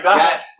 yes